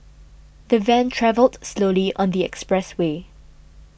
the van travelled slowly on the expressway